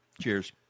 cheers